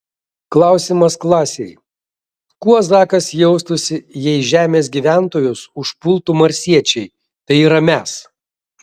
klausimas klasei kuo zakas jaustųsi jei žemės gyventojus užpultų marsiečiai tai yra mes